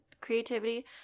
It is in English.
creativity